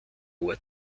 ort